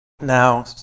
now